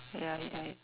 ya ya ya